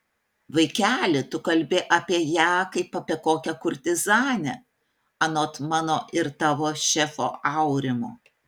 vaikeli tu kalbi apie ją kaip apie kokią kurtizanę anot mano ir tavo šefo aurimo